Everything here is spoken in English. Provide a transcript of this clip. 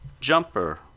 Jumper